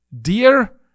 Dear